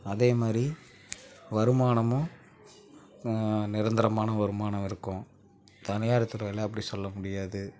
அதே மாதிரி வருமானமும் நிரந்தரமான வருமானம் இருக்கும் தனியார் துறையில் அப்படி சொல்ல முடியாது